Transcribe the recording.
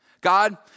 God